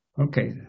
Okay